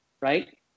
Right